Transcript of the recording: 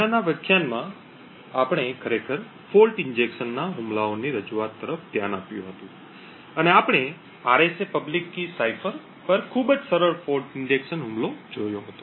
પહેલાનાં વ્યાખ્યાનમાં આપણે ખરેખર ફોલ્ટ ઇન્જેક્શન ના હુમલાઓની રજૂઆત તરફ ધ્યાન આપ્યું હતું અને આપણે આરએસએ પબ્લિક કી સાઇફર પર ખૂબ જ સરળ ફોલ્ટ ઇન્જેક્શન હુમલો જોયો હતો